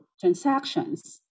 transactions